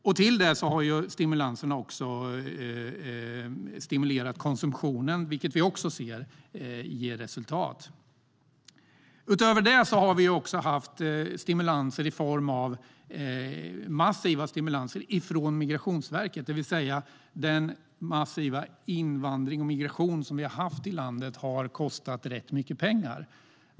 Därtill har stimulanserna stärkt konsumtionen, vilket vi också ser ger resultat. Utöver detta har vi haft massiva stimulanser från Migrationsverket, det vill säga den massiva invandring och migration vi har haft i landet har kostat rätt mycket pengar.